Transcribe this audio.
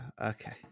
Okay